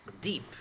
deep